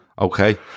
okay